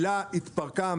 אל"ה התפרקה.